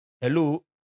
Hello